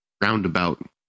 roundabout